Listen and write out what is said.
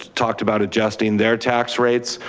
talked about adjusting their tax rates,